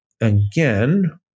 again